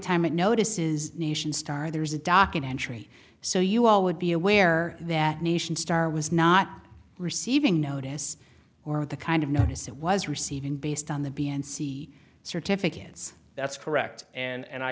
time it notices nation star there's a documentary so you all would be aware that nation star was not receiving notice or the kind of notice it was receiving based on the b and c certificates that's correct and